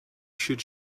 should